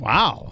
Wow